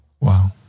Wow